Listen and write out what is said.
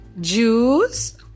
Juice